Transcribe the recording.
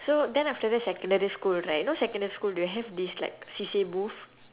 so then after that secondary school right you know secondary school will have this like C_C_A booth